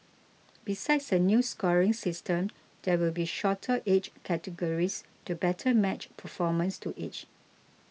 besides a new scoring system there will be shorter age categories to better match performance to age